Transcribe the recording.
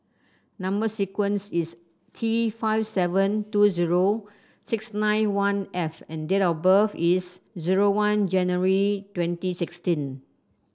number sequence is T five seven two zero six nine one F and date of birth is zero one January twenty sixteen